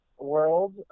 world